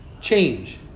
change